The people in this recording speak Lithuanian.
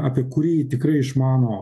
apie kurį tikrai išmano